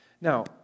Now